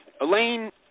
Elaine